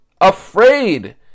Afraid